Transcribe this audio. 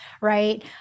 right